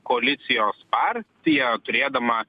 koalicijos partija turėdama